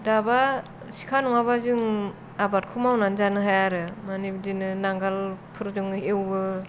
दाबा सिखा नङाब्ला जों आबादखौ मावनानै जानो हाया आरो माने बिदिनो नांगोलफोरजों एवो